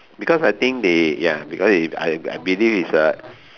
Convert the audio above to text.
because I think they ya because is I I believe is uh